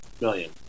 million